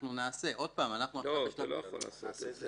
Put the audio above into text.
אנחנו נעשה --- אתה לא יכול לעשות את זה.